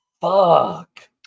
Fuck